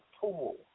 tool